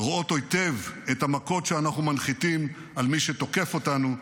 רואות היטב את המכות שאנחנו מנחיתים על מי שתוקף אותנו,